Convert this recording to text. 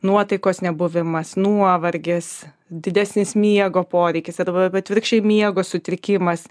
nuotaikos nebuvimas nuovargis didesnis miego poreikis arba atvirkščiai miego sutrikimas